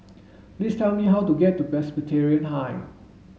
please tell me how to get to Presbyterian High